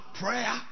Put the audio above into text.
prayer